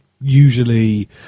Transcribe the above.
usually